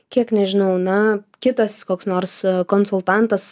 kiek nežinau na kitas koks nors konsultantas